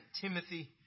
Timothy